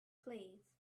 please